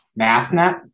Mathnet